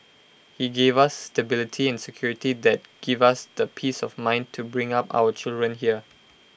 he gave us stability and security that give us the peace of mind to bring up our children here